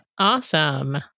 Awesome